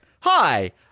Hi